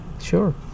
sure